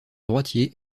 droitier